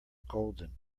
golden